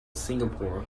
singapore